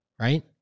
right